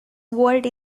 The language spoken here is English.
world